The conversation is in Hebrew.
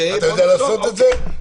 אתה יודע לעשות את זה?